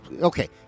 Okay